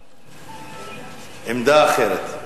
בבקשה, עמדה אחרת.